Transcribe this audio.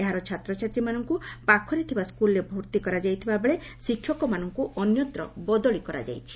ଏହାର ଛାତ୍ରଛାତ୍ରୀମାନଙ୍କୁ ପାଖରେ ଥିବା ସ୍କୁଲ୍ରେ ଭର୍ତି କରାଯାଇଥିବା ବେଳେ ଶିକ୍ଷକମାନଙ୍କୁ ଅନ୍ୟତ୍ର ବଦଳି କରାଯାଇଛି